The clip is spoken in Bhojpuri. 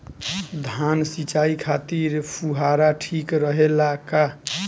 धान सिंचाई खातिर फुहारा ठीक रहे ला का?